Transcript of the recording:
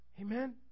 Amen